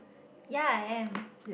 ya I am